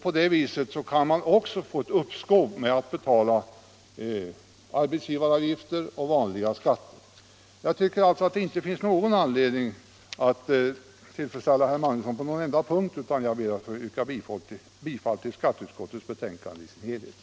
På det sättet kan man få ett uppskov med att betala arbetsgivaravgifter och vanliga skatter. Det finns alltså ingen anledning att tillfredsställa herr Magnussons önskemål på någon punkt, utan jag yrkar bifall till vad utskottet hemställt på samtliga punkter.